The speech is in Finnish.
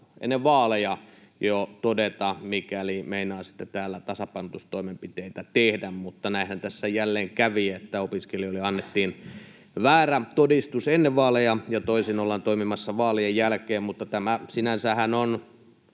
ennen vaaleja jo todeta, mikäli meinaa sitten täällä tasapainotustoimenpiteitä tehdä, mutta näinhän tässä jälleen kävi, että opiskelijoille annettiin väärä todistus ennen vaaleja ja toisin ollaan toimimassa vaalien jälkeen. Mutta tämähän on